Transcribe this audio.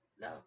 no